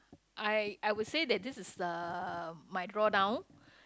I I would say that this is the my drawn down